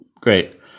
great